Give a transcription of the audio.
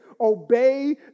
Obey